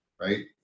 Right